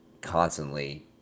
constantly